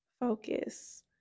focus